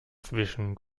zwischen